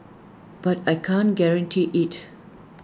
but I can't guarantee IT